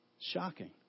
Shocking